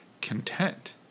content